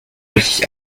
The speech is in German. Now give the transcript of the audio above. richtig